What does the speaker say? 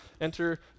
enter